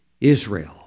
Israel